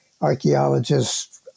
archaeologists